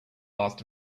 asked